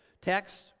text